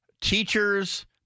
teachers—